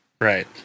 Right